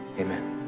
amen